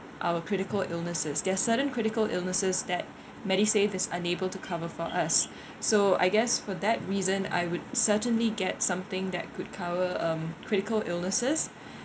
our critical illnesses there certain critical illnesses that MediSave is unable to cover for us so I guess for that reason I would certainly get something that could cover um critical illnesses